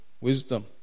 wisdom